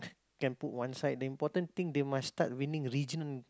can put one side the important thing they must start winning region